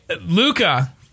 Luca